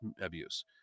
abuse